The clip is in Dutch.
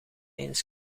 eens